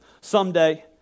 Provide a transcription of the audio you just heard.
someday